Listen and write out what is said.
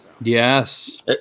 Yes